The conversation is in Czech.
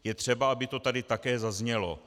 Je třeba, aby to tady také zaznělo.